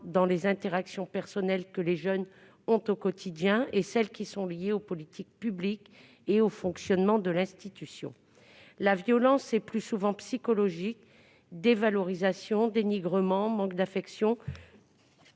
dans les interactions personnelles que les jeunes ont au quotidien, et celles qui sont liées aux politiques publiques et au fonctionnement de l'institution. La violence est plus souvent psychologique que physique, et passe par la dévalorisation, le dénigrement, le manque d'affection.